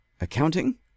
accounting